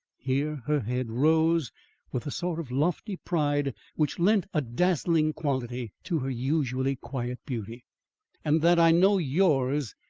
here her head rose with a sort of lofty pride which lent a dazzling quality to her usually quiet beauty and that i know yours,